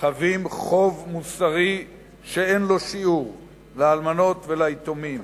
חבות חוב מוסרי שאין לו שיעור לאלמנות וליתומים.